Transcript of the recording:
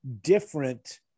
different